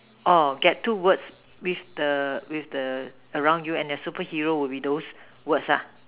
orh get two words with the with the around you and super heroes will be those words lah